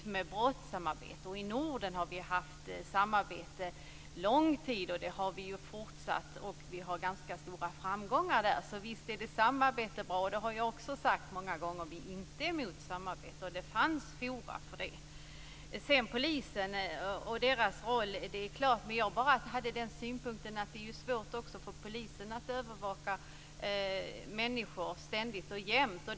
Vi har haft ett samarbete i Norden under lång tid, och det har fortsatt. Vi har också ganska stora framgångar i det. Visst är det alltså bra med samarbete. Jag har många gånger sagt att vi inte är emot samarbete och att det funnits forum för det. Vad gäller polisens roll hade jag bara den synpunkten att det är svårt för polisen att ständigt och jämt övervaka människor.